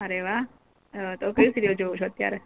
અરે વાહ તો કઈ સિરિયલ જુઓ છો અત્યારે